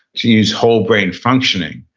to use whole-brain functioning.